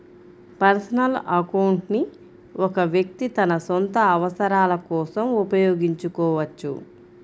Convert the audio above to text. personal account ని ఒక వ్యక్తి తన సొంత అవసరాల కోసం ఉపయోగించుకోవచ్చు